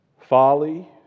folly